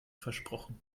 versprochen